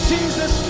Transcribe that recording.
Jesus